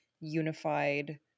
unified